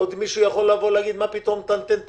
מישהו עוד יכול להגיד מה פתאום אני נותן את